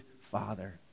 father